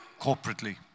corporately